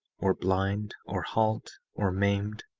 or blind, or halt, or maimed,